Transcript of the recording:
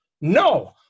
No